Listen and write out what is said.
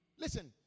Listen